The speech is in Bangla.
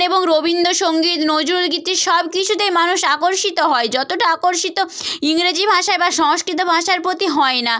এবং রবীন্দ্রসংগীত নজরুলগীতি সব কিছুতেই মানুষ আকর্ষিত হয় যতটা আকর্ষিত ইংরেজি ভাষায় বা সংস্কৃত ভাষার প্রতি হয় না